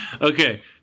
Okay